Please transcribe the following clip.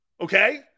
Okay